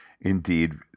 Indeed